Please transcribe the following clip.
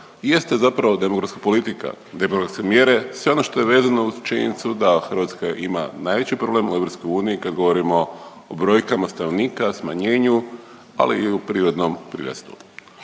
jeste zapravo demografska politika, demografske mjere sve ono što je vezano uz činjenicu da Hrvatska ima najveći problem u EU kad govorimo o brojkama stanovnika, smanjenju, ali i u prirodnom prirastu.